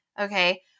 okay